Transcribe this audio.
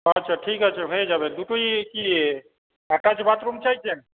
আচ্ছা ঠিক আছে হয়ে যাবে দুটোই কি অ্যাটাচ বাথরুম চাইছেন